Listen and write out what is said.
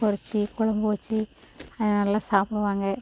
பொரிச்சி கொழம்பு வெச்சு அதை நல்லா சாப்பிடுவாங்க